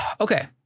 Okay